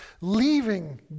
leaving